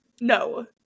No